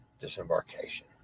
disembarkation